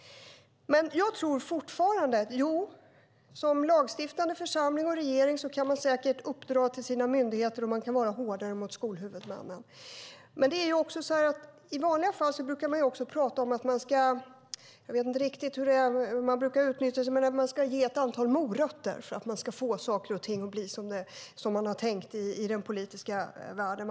Vi kan som lagstiftande församling och regering säkert uppdra åt myndigheterna och vara hårdare mot skolhuvudmännen. Man brukar tala om att ge morötter för att få saker och ting att bli som man tänkt sig i den politiska världen.